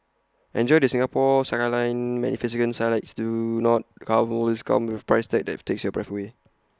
enjoy the Singapore skyline magnificent sights do not carbons come with A price tag that takes your breath away